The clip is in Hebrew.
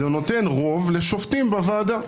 זה נותן רוב לשופטים בוועדה,